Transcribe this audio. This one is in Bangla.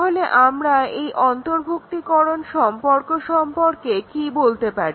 তাহলে আমরা এই অন্তর্ভুক্তিকরণ সম্পর্ক সম্পর্কে কি বলতে পারি